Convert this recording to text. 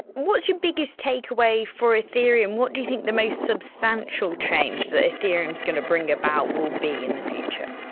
what's your biggest takeaway for ethereum? what do you think the most substantial change that ethereum is going to bring about will be in the future?